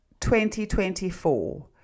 2024